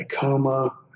coma